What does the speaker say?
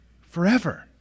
forever